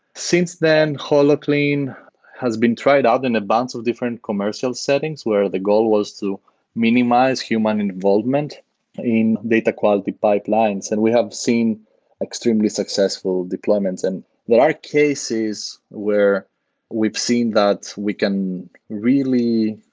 since then, holoclean has been tried out in a bunch of different commercial settings where the goal was to minimize human involvement in data quality pipelines, and we have seen extremely successful deployments and there are cases where we've seen that we can really,